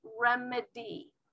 remedy